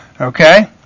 okay